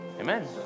Amen